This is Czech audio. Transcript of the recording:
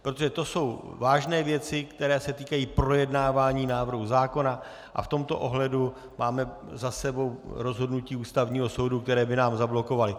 Protože to jsou vážné věci, které se týkají projednávání návrhu zákona, a v tomto ohledu máme za sebou rozhodnutí Ústavního soudu, které (?) by nám zablokovaly .